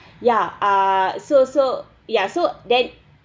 ya ah so so yeah so then